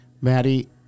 Maddie